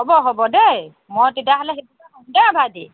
হ'ব হ'ব দেই মই তেতিয়াহ'লে সেইটোকে কৰিম দেই ভাইটি